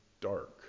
dark